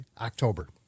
October